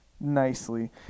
nicely